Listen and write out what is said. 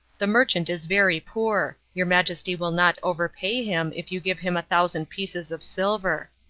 the merchant is very poor. your majesty will not overpay him if you give him a thousand pieces of silver.